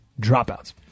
dropouts